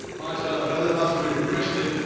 mashallah brother's asked but a good question.